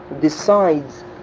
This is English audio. decides